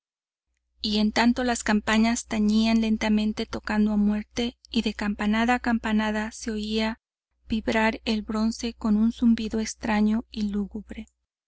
y en tanto las campanas tañían lentamente tocando a muerto y de campanada a campanada se oía vibrar el bronce con un zumbido extraño y lúgubre